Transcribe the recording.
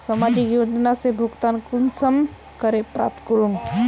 सामाजिक योजना से भुगतान कुंसम करे प्राप्त करूम?